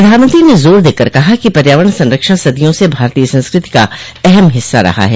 प्रधानमंत्री ने जोर देकर कहा कि पर्यावरण संरक्षण सदियों से भारतीय संस्कृति का अहम हिस्सा रहा है